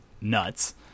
nuts